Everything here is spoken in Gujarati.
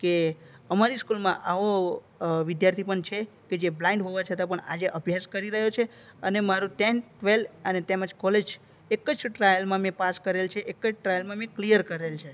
કે અમારી સ્કૂલમાં આવો વિદ્યાર્થી પણ છે તે જે બ્લાઇન્ડ હોવા છતાં પણ આજે અભ્યાસ કરી રહ્યો છે અને મારું ટેંથ ટ્વેલ્થ અને કોલેજ એક જ ટ્રાયલમાં મેં પાસ કરેલ છે એક જ ટ્રાયલમાં મેં ક્લિયર કરેલ છે